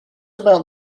about